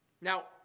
Now